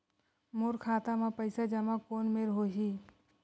मोर खाता मा पईसा जमा कोन मेर होही?